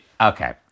okay